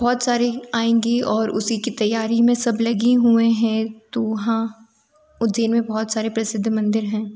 बहुत सारी आएंगी और उसी की तैयारी में सब लगे हुए हैं तो वहाँ उज्जैन में बहुत सारे प्रसिद्ध मंदिर हैं